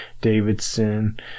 Davidson